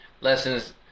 lessons